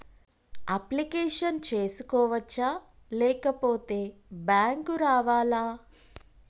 Application చేసుకోవచ్చా లేకపోతే bank రావాలా?